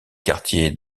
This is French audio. quartiers